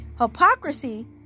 hypocrisy